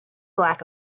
lack